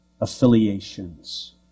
affiliations